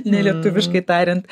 nelietuviškai tariant